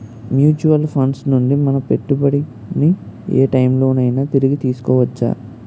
Mutual funds నుండి మన పెట్టుబడిని ఏ టైం లోనైనా తిరిగి తీసుకోవచ్చా?